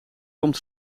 komt